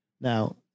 Now